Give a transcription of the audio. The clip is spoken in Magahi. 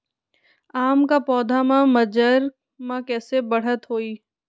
आम क पौधा म मजर म कैसे बढ़त होई?